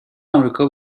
آمریکا